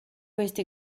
este